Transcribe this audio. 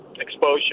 exposure